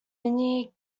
mini